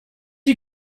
you